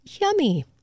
Yummy